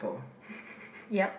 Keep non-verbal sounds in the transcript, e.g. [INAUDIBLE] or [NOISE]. [LAUGHS] ya